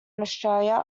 australia